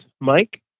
Mike